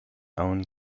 own